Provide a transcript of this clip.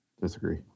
Disagree